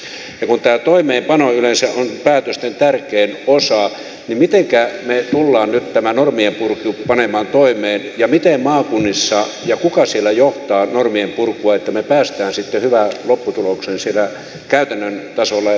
ja kun tämä toimeenpano yleensä on päätösten tärkein osa niin mitenkä me tulemme nyt tämän normien purun panemaan toimeen ja kuka maakunnissa johtaa normien purkua että me pääsemme sitten hyvään lopputulokseen siellä käytännön tasolla eli siellä alemmalla tasolla